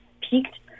peaked